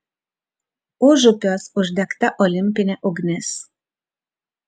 užupiuos uždegta olimpinė ugnis